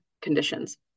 conditions